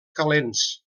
calents